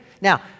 Now